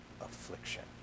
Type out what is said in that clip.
affliction